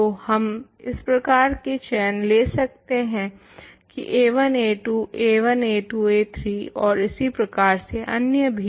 तो हम इस प्रकार से चैन ले सकते हें की a1 a2 a1 a2 a3 और इसी प्रकार से अन्य भी